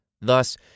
Thus